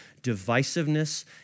divisiveness